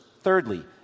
Thirdly